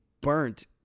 burnt